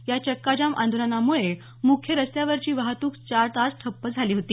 या चक्काजाम आंदोलनामुळे मुख्य रस्त्यावरची वाहतूक चार तास ठप्प झाली होती